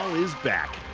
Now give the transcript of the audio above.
is back,